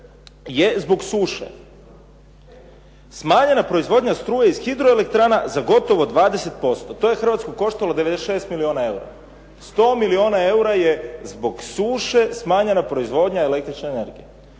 je zbog suše smanjena proizvodnja struje iz hidroelektrana za gotovo 20%. To je Hrvatsku koštalo 96 milijuna eura. 100 milijuna eura je zbog suše smanjena proizvodnja električne energije.